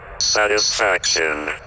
satisfaction